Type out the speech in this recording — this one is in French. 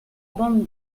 bande